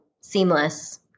seamless